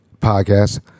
Podcast